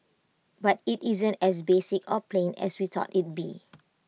but IT isn't as basic or plain as we thought it'd be